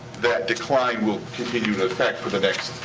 that decline will continue to affect for the next,